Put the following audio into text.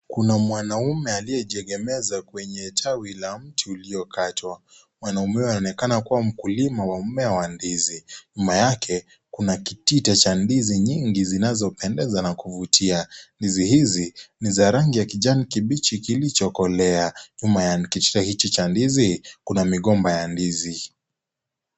Kuna mwanaume aliyejiegemeza kwenye tawi la mti uliokatwa . Mwanaume huyu anonekana kuwa mkulima wa mmea wa ndizi . Nyuma yake kuna kitita cha ndizi nyingi zinazopendeza na kuvutia , ndizi hizi ni za rangi ya kijani kibichi kilichokolea nyuma ya kitita hiki cha ndizi kuna migomba ya ndizi.